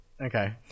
Okay